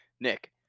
Nick